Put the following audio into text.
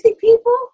people